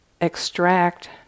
extract